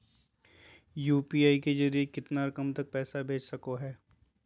UPI के जरिए कितना रकम तक पैसा भेज सको है?